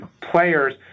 players